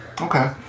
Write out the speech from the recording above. Okay